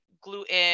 gluten